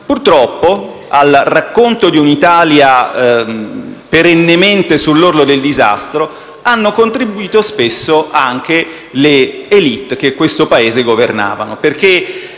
Purtroppo, al racconto di un'Italia perennemente sull'orlo del disastro hanno contribuito spesso anche le *élite* che questo Paese governavano,